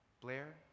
Blair